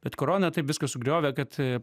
bet korona taip viską sugriovė kad